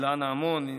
אילנה עמון,